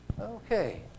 Okay